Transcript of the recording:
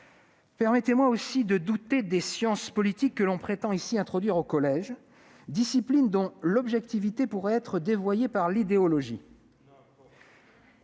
Permettez-moi également de douter des sciences politiques que l'on prétend, par ce texte, introduire au collège, discipline dont l'objectivité pourrait être dévoyée par l'idéologie.